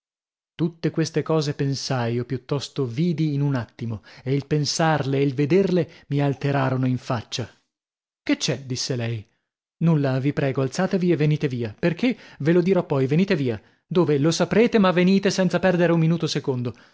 tutte queste cose pensai o piuttosto vidi in un attimo e il pensarle e il vederle mi alterarono in faccia che c'è disse lei nulla vi prego alzatevi e venite via perchè ve lo dirò poi venite via dove lo saprete ma venite senza perdere un minuto secondo